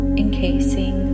encasing